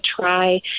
try